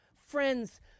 friends